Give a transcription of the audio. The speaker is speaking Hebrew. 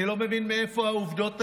אני לא מבין מאיפה העובדות האלה,